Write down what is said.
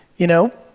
you know?